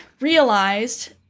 realized